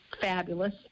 fabulous